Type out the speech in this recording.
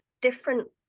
different